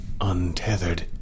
untethered